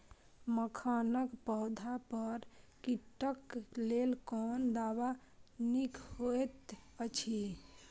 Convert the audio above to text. मखानक पौधा पर कीटक लेल कोन दवा निक होयत अछि?